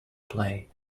play